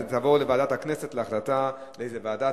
אז היא תעבור לוועדת הכנסת להחלטה לאיזו ועדה.